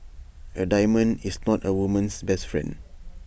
A diamond is not A woman's best friend